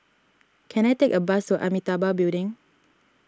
can I take a bus to Amitabha Building